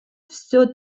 все